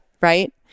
right